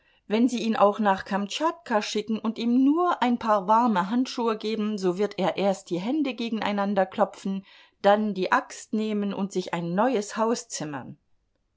wenn sie ihn auch nach kamtschatka schicken und ihm nur ein paar warme handschuhe geben so wird er erst die hände gegeneinander klopfen dann die axt nehmen und sich ein neues haus zimmern